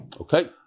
okay